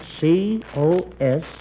C-O-S